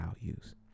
values